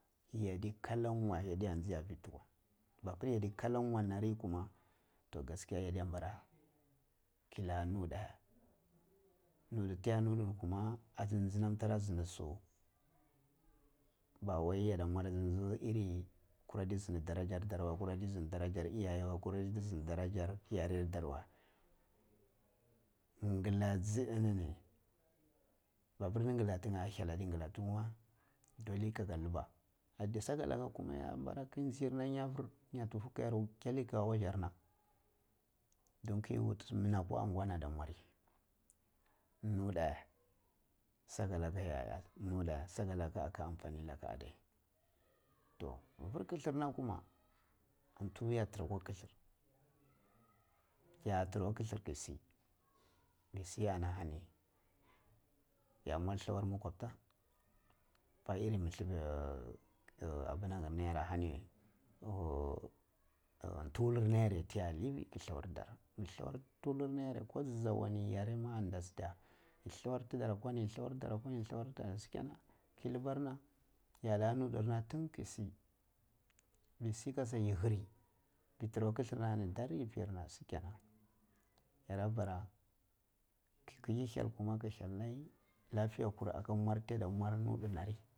Yadi katan wei yadda nji atta fi dukwu wei babur yaddi kalan nar we ma toh gas kiya yadda nbara killa nuidda, nuidda ti ya nulidda kuma aji ajiye tara zindi su bawai ya da mwan aji njiye kura ta sindi darajar dar ne, kura ta zindi daraja iyaye wa kura ta zindi darajar jare dar wai nlaji nnini mapur di ngila tiye hyal addi ngila ti ya wei dole kaka liba soti laka kuma ya nbara ke ji an yafur, anyaitufu ka yar kyali aka wasar na dun ke wutu mina kwa angwa ni adda mwari nuta saka laka yadda iya sakala ka akka amfani laka addai toh fir killer na kuma an tu ya tira akwa killer, ya tira akwa killer ke si me si ana hani yam war lethwar makwabta appa in ahumanar na ahani ton tuwulir na appir ya da liffi ke lathwar ti dar, ke lathwar tul unil ir na appir ko ji ja kowane jare ma andasi di ya yi lathwar ti dar akwani yi lathur ti dar akwani ani dasi dija ke lubar na ke lu nudar na tin ke si me shi kasha yi hiri yi tira akwa killer na kasha yi pir na ashi kenan yara bara ke kige hyal kuma ka hyal nai lafiyakur aka mwar tiya da mwar nuddi na ri.